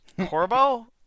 Corbo